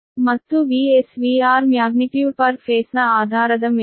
ಮತ್ತು VS VR magnitude per ಫೇಸ್ನ ಆಧಾರದ ಮೇಲೆ